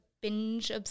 Binge